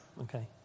Okay